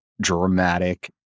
dramatic